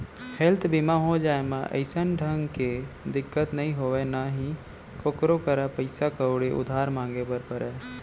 health बीमा हो जाए म अइसन ढंग के दिक्कत नइ होय ना ही कोकरो करा पइसा कउड़ी उधार मांगे बर परय